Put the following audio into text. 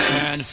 man